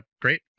Great